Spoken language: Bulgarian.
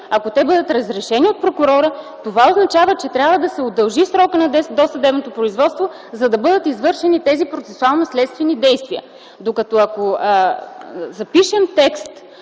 и разрешени от прокурора, това означава, че трябва да се удължи срокът на досъдебното производство, за да бъдат извършени тези процесуално-следствени действия. Докато, ако запишем текст